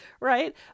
right